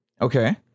Okay